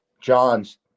Johns